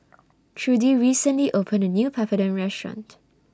Trudie recently opened A New Papadum Restaurant